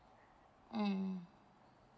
mm